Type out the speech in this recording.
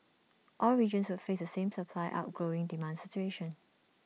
all regions would face the same supply outgrowing demand situation